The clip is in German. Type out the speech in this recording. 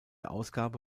ausgabe